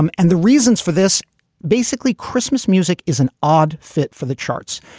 um and the reasons for this basically christmas music is an odd fit for the charts.